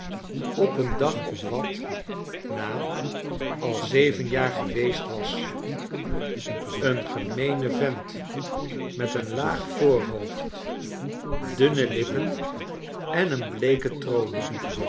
op een dag of wat na al zeven jaar geweest was een gemeene vent met een laag voorhoofd dunne lippen en een bleeke tronie